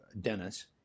Dennis